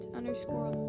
Underscore